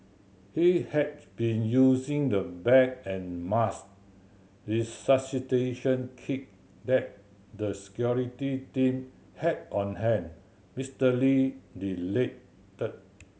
he had been using the bag and mask resuscitation kit that the security team had on hand Mister Lee related